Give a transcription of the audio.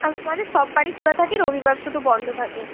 আমাদের সব বারই খোলা থাকে রবিবার শুধু বন্ধ থাকে